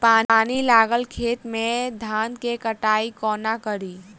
पानि लागल खेत मे धान केँ कटाई कोना कड़ी?